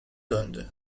döndü